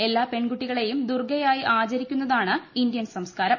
എല്ലാ പെൺകുട്ടികളെയും ദുർഗ്ഗയായി ആചരിക്കുന്നതാണ് ഇന്ത്യൻ സംസ്കാരം